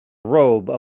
robe